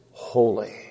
Holy